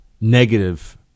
negative